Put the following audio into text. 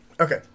Okay